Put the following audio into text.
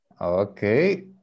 Okay